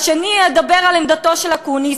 השני ידבר על עמדתו של אקוניס,